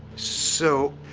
so,